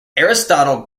aristotle